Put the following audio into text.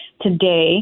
today